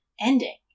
ending